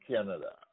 Canada